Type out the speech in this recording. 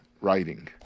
writing